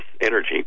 energy